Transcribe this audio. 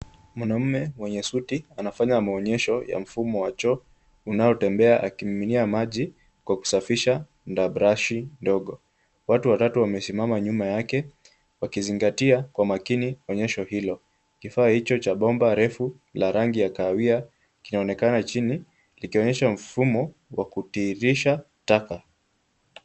Mwanaume mwenye suti anafanya maonyesho ya mfumo wa choo unaotembea akimiminia maji kwa kusafisha na brashi ndogo. Watu watatu wamesimama nyuma yake wakizingatia kwa makini onyesho hilo. Kifaa hicho cha bomba refu la rangi ya kahawia kinaonekana chini, likionyesha mfumo wa kutiirisha taka.